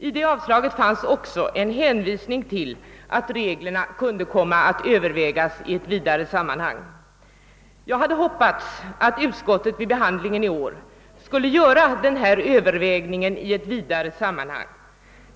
I detta yrkande fanns också en hänvisning till att reglerna kunde komma att tagas under övervägande i ett vidare sammanhang. Jag hade hoppats att utskottet vid behandlingen av ärendet i år skulle göra detta övervägande i ett vidare sammanhang.